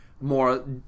more